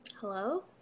Hello